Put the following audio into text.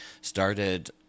started